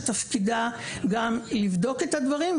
שתפקידם גם לבדוק את הדברים,